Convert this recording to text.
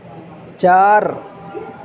چار